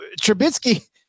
Trubisky